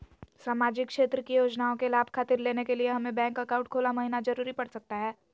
सामाजिक क्षेत्र की योजनाओं के लाभ खातिर लेने के लिए हमें बैंक अकाउंट खोला महिना जरूरी पड़ सकता है?